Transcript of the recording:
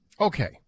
Okay